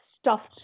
stuffed